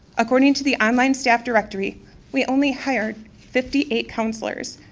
according to the online staff directory we only hired fifty eight counselors,